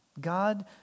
God